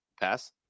pass